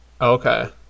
Okay